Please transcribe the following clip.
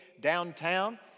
downtown